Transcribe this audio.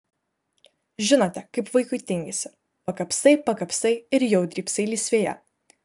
žinote kaip vaikui tingisi pakapstai pakapstai ir jau drybsai lysvėje